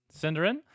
Cinderin